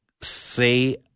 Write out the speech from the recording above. say